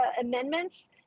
amendments